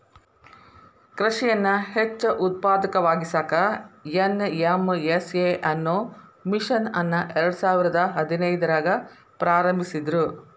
ಕೃಷಿಯನ್ನ ಹೆಚ್ಚ ಉತ್ಪಾದಕವಾಗಿಸಾಕ ಎನ್.ಎಂ.ಎಸ್.ಎ ಅನ್ನೋ ಮಿಷನ್ ಅನ್ನ ಎರ್ಡಸಾವಿರದ ಹದಿನೈದ್ರಾಗ ಪ್ರಾರಂಭಿಸಿದ್ರು